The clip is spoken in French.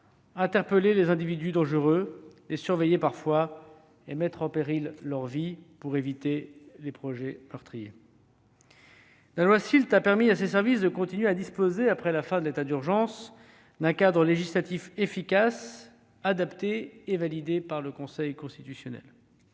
interpeller les individus dangereux ou les surveiller, et qui parfois mettent leur vie en péril pour éviter les projets meurtriers. La loi SILT a permis à ces services de continuer à disposer, après la fin de l'état d'urgence, d'un cadre législatif efficace, adapté et validé par le Conseil constitutionnel.